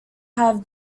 have